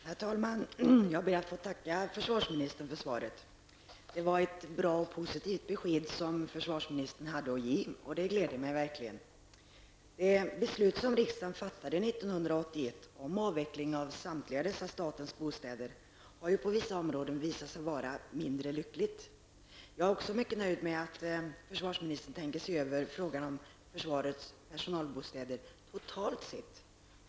Herr talman! Jag ber att få tacka försvarsministern för svaret. Det var ett bra och positivt besked som försvarsministern hade att ge, och det gläder mig verkligen. Det beslut som riksdagen 1981 fattade om avveckling av samtliga dessa statens bostäder har på vissa områden visat sig vara mindre lyckligt. Jag är också mycket nöjd med att försvarsministern tänker se över frågan om försvarets personalbostäder totalt sett.